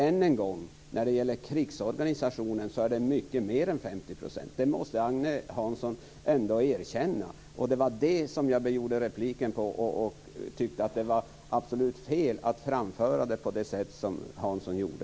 Än en gång: När det gäller krigsorganisationen är det mycket mer än 50 %. Det måste Agne Hansson ändå erkänna. Jag tyckte att det var helt fel att framställa det på det sätt som Agne Hansson gjorde.